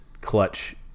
clutch